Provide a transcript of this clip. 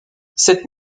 cette